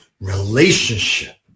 relationship